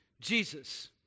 Jesus